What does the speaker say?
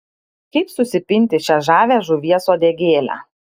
kaip susipinti šią žavią žuvies uodegėlę